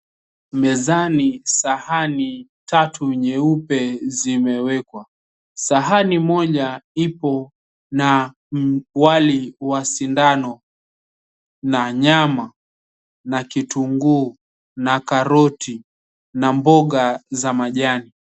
Mezani sahani tatu nyeupe zimewekwa. Sahani moja ipo na wali wa sindano na nyama na kitunguu na karoti na mboga za majani.